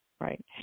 Right